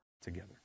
together